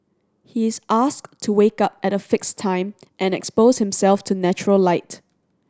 he is asked to wake up at a fixed time and expose himself to natural light